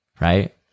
right